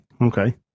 Okay